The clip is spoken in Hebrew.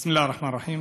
בסם אללה א-רחמאן א-רחים.